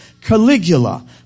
Caligula